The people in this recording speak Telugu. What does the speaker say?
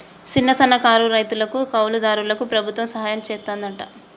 సిన్న, సన్నకారు రైతులకు, కౌలు దారులకు ప్రభుత్వం సహాయం సెత్తాదంట